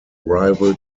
rival